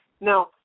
Now